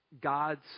God's